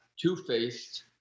two-faced